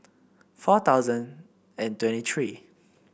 four thousand and twenty three